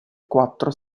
quattro